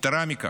יתרה מזו,